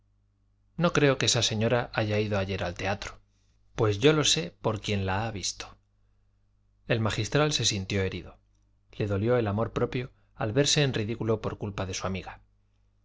no creo que esa señora haya ido ayer al teatro pues yo lo sé por quien la ha visto el magistral se sintió herido le dolió el amor propio al verse en ridículo por culpa de su amiga